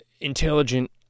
intelligent